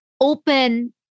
open